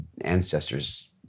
ancestors